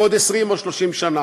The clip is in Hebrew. בעוד 20 או 30 שנה.